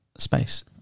space